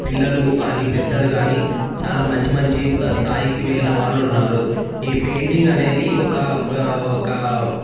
పిల్లలు గానీ పెద్దలు గానీ చాలా మంచి మంచి స్థాయికి వెళ్ళిన వాళ్ళున్నారు ఈ పెయింటింగ్ అనేది ఒక ఒక